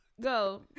Go